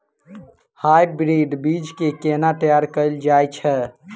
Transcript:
Hybrid बीज केँ केना तैयार कैल जाय छै?